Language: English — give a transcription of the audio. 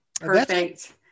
Perfect